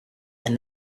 and